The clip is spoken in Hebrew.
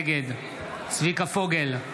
נגד צביקה פוגל,